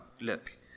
Look